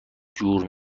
جور